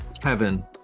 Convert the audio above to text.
kevin